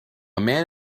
man